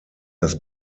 das